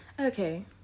Okay